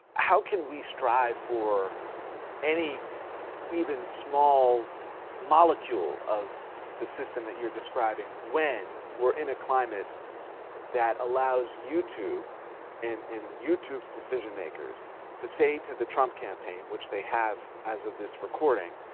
how can we strive for any even small molecule of the system that you're describing when we're in a climate that allows youtube and youtube's decision-makers to say to the trump campaign, which they have as of this recording,